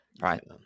right